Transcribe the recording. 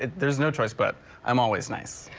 there's no choice but i'm always nice.